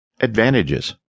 Advantages